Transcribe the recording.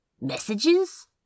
Messages